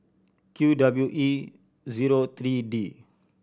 Q W E zero three D